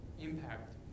impact